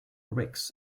rix